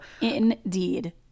Indeed